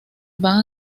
van